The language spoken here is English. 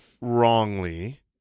wrongly